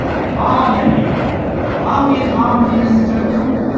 harmony are we in harmony mr. duncan